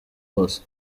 hose